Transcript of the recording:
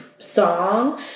song